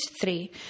three